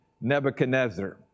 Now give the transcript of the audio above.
Nebuchadnezzar